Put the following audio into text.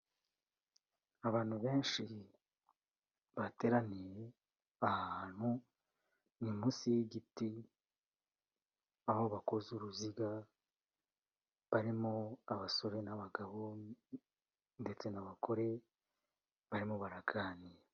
Abantu benshi bateraniye ahantu ni munsi y'igiti, aho bakoze uruziga, barimo abasore n'abagabo ndetse n'abagore, barimo baraganira.